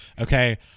okay